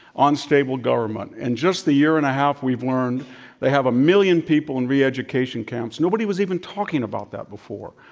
unstable government. in and just the year and a half we've learned they have a million people in reeducation camps. nobody was even talking about that before,